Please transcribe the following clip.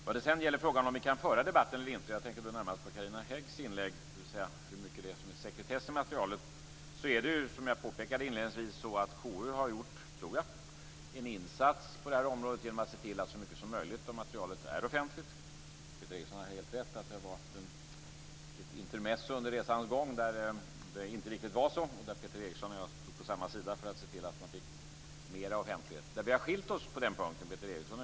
När det sedan gäller frågan om vi kan föra debatt eller inte - jag tänker då närmast på Carina Häggs inlägg om hur mycket det är som är sekretessbelagt - har KU gjort en insats genom att se till att så mycket som möjligt av materialet är offentligt. Peter Eriksson har helt rätt i att det var ett intermezzo under resans gång där Peter Eriksson och jag stod på samma sida för att se till att det blev större offentlighet. Men vi har skilt oss på den punkten.